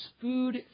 food